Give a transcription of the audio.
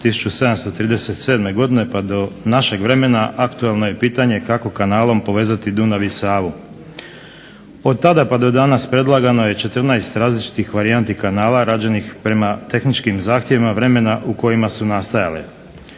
1737. godine pa do našeg vremena aktuelno je pitanje kako kanalom povezati Dunav i Savu. Od tada pa do danas predlagano je 14. različitih varijanti kanala rađenih prema tehničkim zahtjevima vremena u kojima su nastajale.